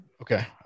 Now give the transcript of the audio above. Okay